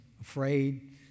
afraid